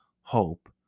hope